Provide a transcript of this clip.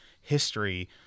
history